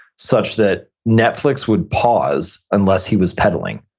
such that netflix would pause unless he was pedaling.